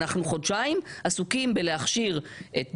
אנחנו חודשיים עסוקים להכשיר את דרעי,